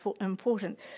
important